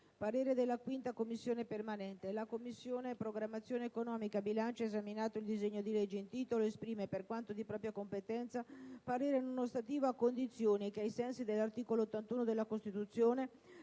parere non ostativo». «La Commissione programmazione economica, bilancio, esaminato il disegno di legge in titolo, esprime, per quanto di propria competenza, parere non ostativo, a condizione che, ai sensi dell'articolo 81 della Costituzione,